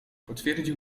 potwierdził